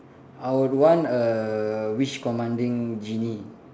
I would want a wish commanding genie